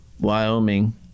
Wyoming